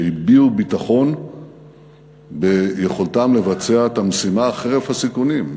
שהביעו ביטחון ביכולתם לבצע את המשימה חרף הסיכונים,